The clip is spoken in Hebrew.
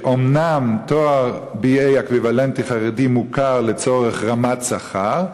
שאומנם תואר BA אקוויוולנטי חרדי מוכר לצורך רמת שכר,